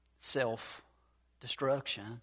self-destruction